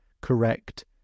correct